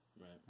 Right